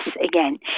again